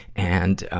and,